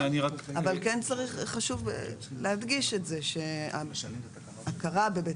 אבל כן חשוב להדגיש את זה שהכרה בבית